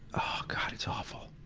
oh, god, it's awful.